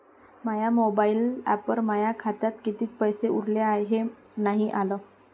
माया mobile ॲपवर माया खात्यात किती पैसे उरले हाय हे नाही आलं